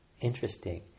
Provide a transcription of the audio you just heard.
interesting